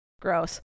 gross